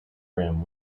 rim